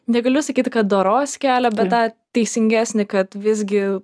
negaliu sakyti kad doros kelią bet tą teisingesnį kad visgi